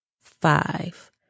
five